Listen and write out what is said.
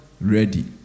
ready